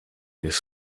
jest